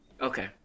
Okay